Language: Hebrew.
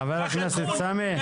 קח את בת ים,